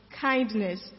kindness